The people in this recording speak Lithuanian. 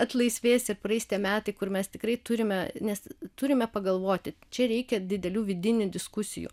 atlaisvės ir praeis tie metai kur mes tikrai turime nes turime pagalvoti čia reikia didelių vidinių diskusijų